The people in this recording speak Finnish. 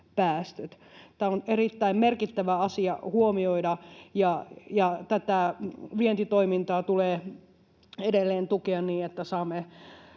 Tämä on erittäin merkittävä asia huomioida, ja tätä vientitoimintaa tulee edelleen tukea niin, että saamme